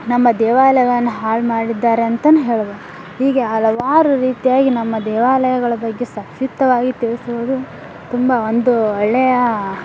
ನಮ್ಮ ದೇವಾಲಯವನ್ನು ಹಾಳು ಮಾಡಿದ್ದಾರೆ ಅಂತಲೂ ಹೇಳ್ಬೋದು ಹೀಗೆ ಹಲವಾರು ರೀತಿಯಾಗಿ ನಮ್ಮ ದೇವಾಲಯಗಳ ಬಗ್ಗೆ ಸಂಕ್ಷಿಪ್ತವಾಗಿ ತಿಳಿಸುವುದು ತುಂಬ ಒಂದು ಒಳ್ಳೆಯ